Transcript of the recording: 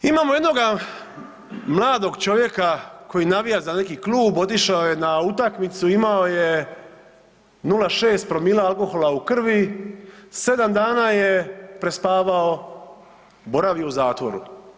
Imamo jednoga mladog čovjeka koji navija za neki klub otišao je na utakmicu imao je 0,6 promila alkohola u krvi 7 dana je prespavao, boravio u zatvoru.